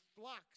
flux